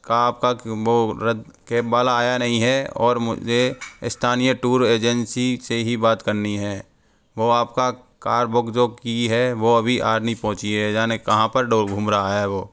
का आपका कियूमबो रद्द कैब वाला आया नहीं है और मुझे स्थानीय टूर एजेंसी से ही बात करनी है वो आपका कार बुक जो की है वो अभी आ नहीं पहुँची है जाने कहाँ पर डोर घूम रहा है वो